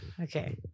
okay